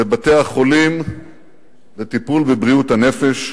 בבתי-החולים לטיפול בבריאות הנפש,